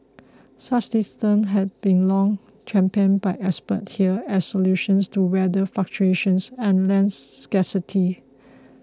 such systems have been long championed by experts here as solutions to weather fluctuations and land scarcity